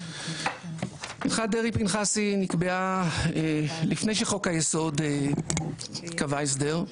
הלכת דרעי פנחסי נקבעה לפני שחוק היסוד קבע הסדר,